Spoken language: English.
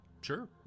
sure